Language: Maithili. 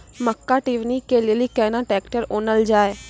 मक्का टेबनी के लेली केना ट्रैक्टर ओनल जाय?